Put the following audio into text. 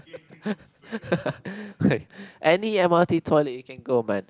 any m_r_t toilet you can go man